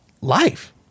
life